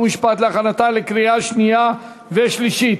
חוק ומשפט להכנתה לקריאה שנייה ושלישית.